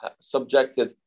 subjected